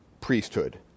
priesthood